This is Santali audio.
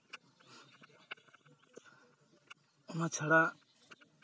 ᱚᱱᱟ ᱪᱷᱟᱲᱟ